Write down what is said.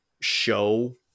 show